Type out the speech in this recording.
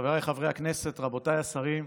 חבריי חברי הכנסת, רבותיי השרים,